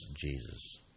Jesus